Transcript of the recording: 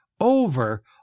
over